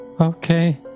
Okay